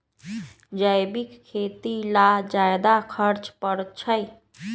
जैविक खेती ला ज्यादा खर्च पड़छई?